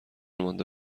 مانده